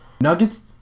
Nuggets